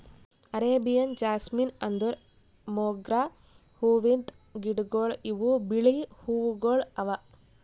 Arabian jasmine ಅಂದುರ್ ಮೊಗ್ರಾ ಹೂವಿಂದ್ ಗಿಡಗೊಳ್ ಇವು ಬಿಳಿ ಹೂವುಗೊಳ್ ಅವಾ